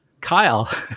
kyle